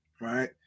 right